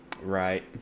right